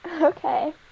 Okay